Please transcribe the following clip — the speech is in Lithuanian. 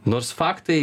nors faktai